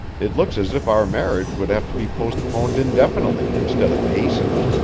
it looks as if our marriage would have to be postponed indefinitely instead of hastened.